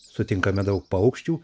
sutinkame daug paukščių